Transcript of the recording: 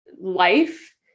life